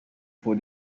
for